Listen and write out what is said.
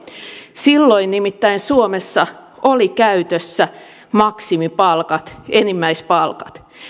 silloin nimittäin suomessa olivat käytössä maksimipalkat enimmäispalkat